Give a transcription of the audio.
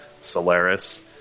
Solaris